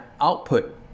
output